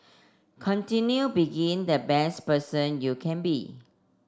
continue being the best person you can be